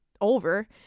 over